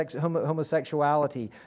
homosexuality